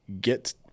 get